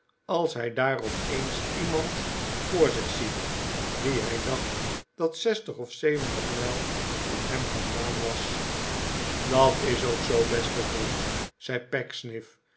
als hij daar opeens iemand voor zich ziet dien hij dacht dat zestig of zeventig mijl van hem vandaan was dat is ook zoo beste vriend zei